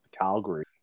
Calgary